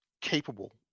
capable